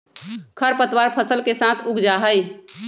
खर पतवार फसल के साथ उग जा हई